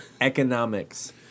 Economics